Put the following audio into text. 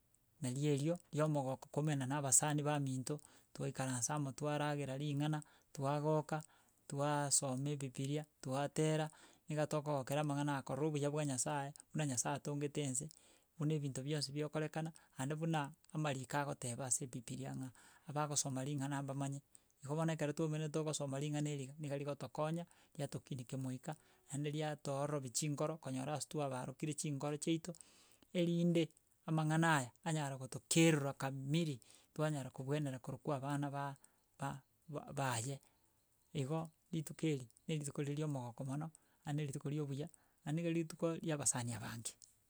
Nari erio, ria omogoko koumerana na abasani baminto, twaikaransa amo twaragera ring'ana, twagoka, twaaasoma ebibiria, twatera niga tokogokera amang'ana akorora obuya bwa nyasaye, buna nyasaye atongete ense, buna ebinto bionsi bigokorekana, naende buna amariko agoteba ase ebibiria ng'a, abagosoma ring'ana bamanye. Igo bono ekero twaumeranitre togosoma ring'ana erio iga, niga rigotokonya, riatokinike moika, naende riatoororobi chinkoro, konyora ase twabaarokire chinkoro chiaito, erinde amang'ana aya anyara gotokerora kamiri, twanyara kobwenera korokwa abana ba, ba baye. Igo, rituko eri, erituko rire ria omogoko mono, naende rituko ria obuya, yaani ng'a rituko ria abasani abange.